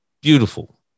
Beautiful